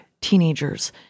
teenagers